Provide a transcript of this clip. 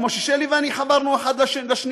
כמו ששלי ואני חברנו זה לזה.